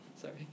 sorry